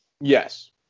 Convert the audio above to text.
yes